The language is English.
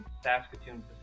Saskatoon